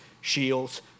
shields